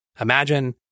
Imagine